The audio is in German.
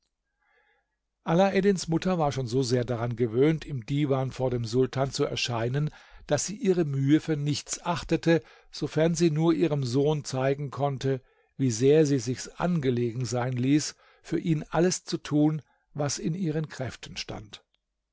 alaeddins mutter war schon so sehr daran gewöhnt im divan vor dem sultan zu erscheinen daß sie ihre mühe für nichts achtete sofern sie nur ihrem sohn zeigen konnte wie sehr sie sich's angelegen sein ließ für ihn alles zu tun was in ihren kräften stand